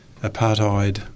apartheid